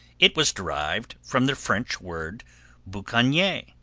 it was derived from the french word boucanier,